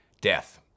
death